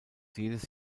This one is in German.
jedes